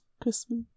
Christmas